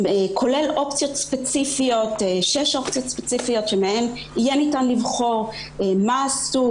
כולל שש אופציות ספציפיות שמהם יהיה ניתן לבחור מה עשו,